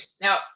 Now